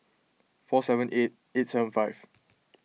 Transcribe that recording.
four seven eight eight seven five